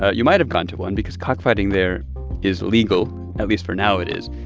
ah you might have gone to one because cockfighting there is legal at least for now it is.